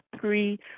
three